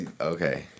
okay